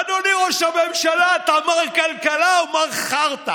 אדוני ראש הממשלה, אתה מר כלכלה או מר חרטא?